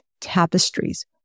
tapestries